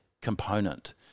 component